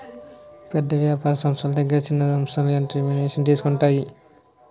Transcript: పెద్ద వ్యాపార సంస్థల దగ్గర చిన్న సంస్థలు ఎంటర్ప్రెన్యూర్షిప్ తీసుకుంటాయి